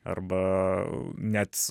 arba net